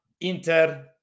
Inter